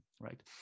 right